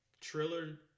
Triller